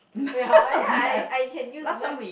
ya I I can use map